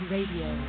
Radio